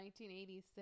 1986